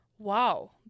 Wow